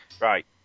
Right